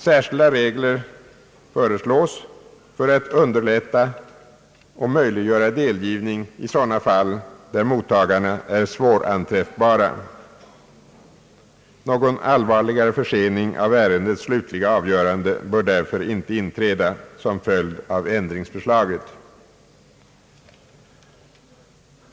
Särskilda regler föreslås för att underlätta och möjliggöra delgivning i sådana fall då mottagarna är svåranträffbara. Någon allvarligare försening av ärendets slutliga avgörande bör därför inte inträda som följd av ändringsförslaget.